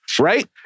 right